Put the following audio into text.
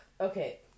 Okay